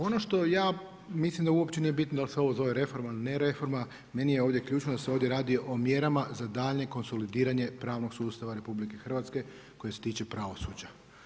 Ono što ja mislim da uopće nije bitno dal se ovo zove reforma ili ne reforma, meni je ovdje ključno da se ovdje radi o mjerama za daljnje konsolidiranja pravnog sustava RH koji se tiče pravosuđa.